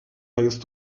rise